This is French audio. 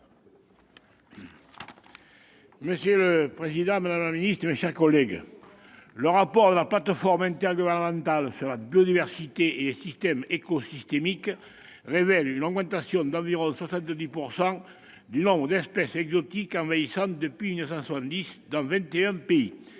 Monsieur le président, madame la secrétaire d'État, mes chers collègues, le rapport de la Plateforme intergouvernementale sur la biodiversité et les services écosystémiques révèle une augmentation d'environ 70 % du nombre d'espèces exotiques envahissantes depuis 1970 dans 21 pays.